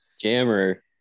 jammer